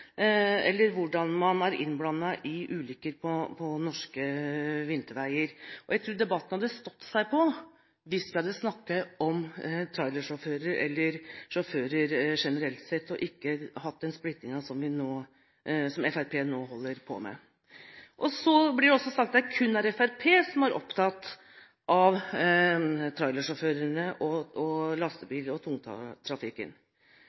eller hvordan man er innblandet i ulykker på norske vinterveier. Jeg tror debatten hadde stått seg på at vi hadde snakket om trailersjåfører, eller sjåfører generelt sett, og ikke hatt den splittingen som Fremskrittspartiet nå holder på med. Så ble det også sagt at det kun er Fremskrittspartiet som er opptatt av trailersjåfører, lastebiler og